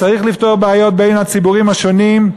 וצריך לפתור בעיות בין הציבורים השונים,